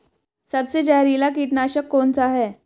सबसे जहरीला कीटनाशक कौन सा है?